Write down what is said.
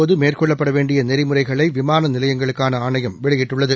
போதமேற்கொள்ளப்படவேண்டியநெறிமுறைகளைவிமானநிலையங்களுக்கானஆணையம் வெளியிட்டுள்ளது